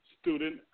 student